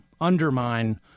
undermine